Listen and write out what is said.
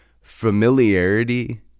familiarity